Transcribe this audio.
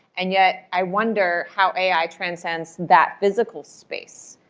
and yet, i wonder how ai transcends that physical space,